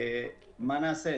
מה נעשה,